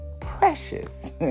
precious